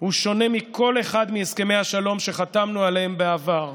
הוא שונה מכל אחד מהסכמי השלום שחתמנו עליהם בעבר.